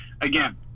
Again